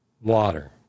water